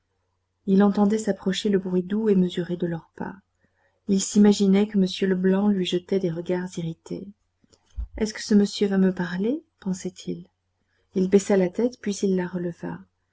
il entendait s'approcher le bruit doux et mesuré de leurs pas il s'imaginait que m leblanc lui jetait des regards irrités est-ce que ce monsieur va me parler pensait-il il baissa la tête quand il la releva